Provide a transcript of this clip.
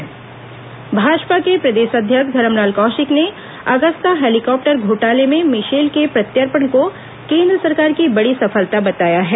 धरमलाल कौशिक बयान भाजपा के प्रदेश अध्यक्ष धरमलाल कौशिक ने अगस्ता हेलीकॉप्टर घोटाले में मिशेल के प्रत्यर्पण को केन्द्र सरकार की बड़ी सफलता बताया है